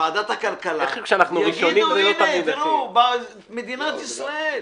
ועדת הכלכלה, יגידו, הנה, מדינת ישראל.